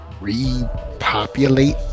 repopulate